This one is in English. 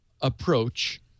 approach